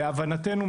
להבנתנו,